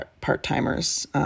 part-timers